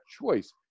choice